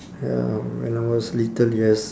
ya when I was little yes